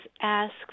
ask